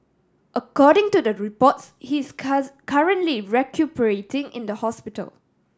according to the reports he is currently recuperating in the hospital